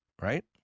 right